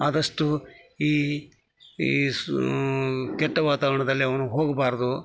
ಆದಷ್ಟು ಈ ಈ ಸು ಕೆಟ್ಟ ವಾತಾವರಣದಲ್ಲಿ ಅವನು ಹೋಗಬಾರದು